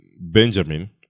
Benjamin